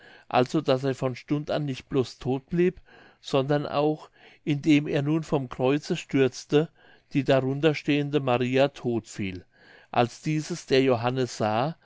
also daß er von stund an nicht blos todt blieb sondern auch indem er nun vom kreuze stürzte die darunter stehende maria todt fiel als dieses der johannes sah